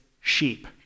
sheep